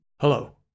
Hello